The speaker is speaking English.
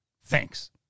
Thanks